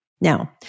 Now